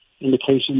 indication